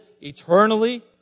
eternally